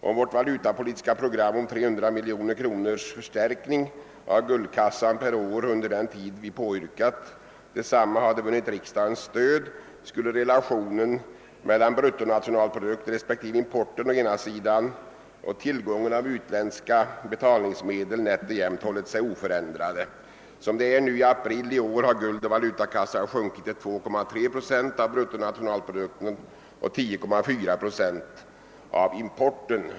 Om vårt valutapolitiska program om en förstärkning av guldkassan med 300 miljoner kronor per år under den tid vi påyrkat hade vunnit riksdagens stöd skulle relationen mellan bruttonationalprodukten respektive importen å ena sidan och tillgången på utländska betalningsmedel å den andra nätt och jämnt ha hållits oförändrad. I april i år hade guldoch valutakassan sjunkit till 2,3 procent av = bruttonationalprodukten och till 10,4 procent av importen.